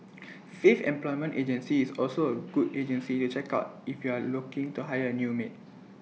faith employment agency is also A good agency to check out if you are looking to hire A new maid